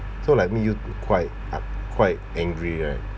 so like make you quite uh quite angry right